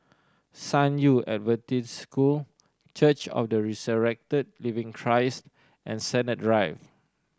San Yu Adventist School Church of the Resurrected Living Christ and Sennett Drive